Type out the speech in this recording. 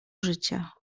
życia